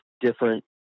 different